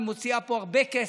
היא מוציאה פה הרבה כסף.